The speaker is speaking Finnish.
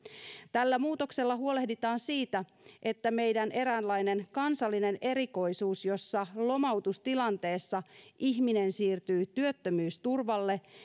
tällä muutoksella huolehditaan siitä että meidän eräänlainen kansallinen erikoisuutemme jossa lomautustilanteessa ihminen siirtyy työttömyysturvalle